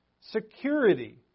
security